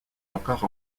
encore